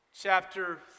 chapter